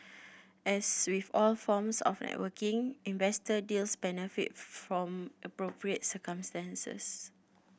as with all forms of networking investor deals benefit from appropriate circumstances